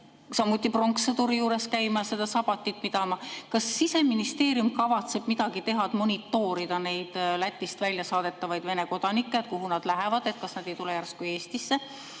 samuti pronkssõduri juures käima ja seal seda sabatit pidama? Kas Siseministeerium kavatseb midagi teha, et monitoorida neid Lätist väljasaadetavaid Vene kodanikke, et kuhu nad lähevad ja kas nad ei tule järsku Eestisse?